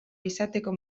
izateko